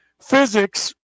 physics